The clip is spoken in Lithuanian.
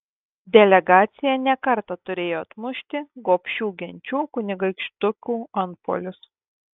delegacija ne kartą turėjo atmušti gobšių genčių kunigaikštukų antpuolius